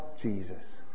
Jesus